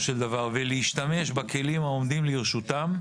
של דבר ולהשתמש בכלים העומדים לרשותם,